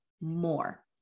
more